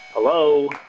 Hello